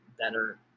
better